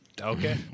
Okay